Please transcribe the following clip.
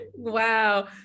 Wow